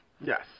Yes